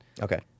Okay